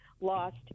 lost